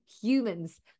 humans